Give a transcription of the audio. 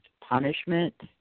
punishment